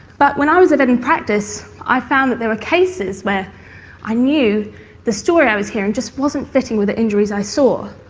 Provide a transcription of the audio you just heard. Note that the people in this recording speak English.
but when i was a vet in practice i found that there were cases where i knew the story i was hearing just wasn't fitting with the injuries i saw.